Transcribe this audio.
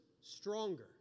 stronger